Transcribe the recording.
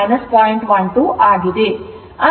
12 ಆಗಿದೆ